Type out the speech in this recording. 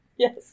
Yes